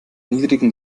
niedrigen